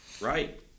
right